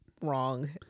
wrong